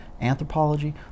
anthropology